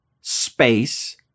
space